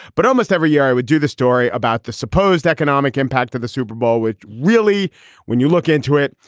but almost every year i would do the story about the supposed economic impact of the super bowl, which really when you look into it,